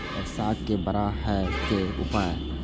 साग के बड़ा है के उपाय?